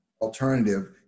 alternative